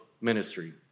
ministry